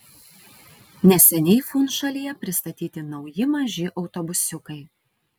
neseniai funšalyje pristatyti nauji maži autobusiukai